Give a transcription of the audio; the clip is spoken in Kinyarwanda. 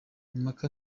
impaka